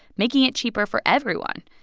making it cheaper for everyone.